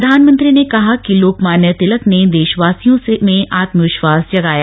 प्रधानमंत्री ने कहा कि लोकमान्य तिलक ने देशवासियों में आत्मविश्वास जगाया